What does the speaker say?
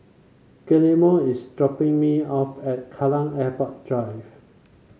Guillermo is dropping me off at Kallang Airport Drive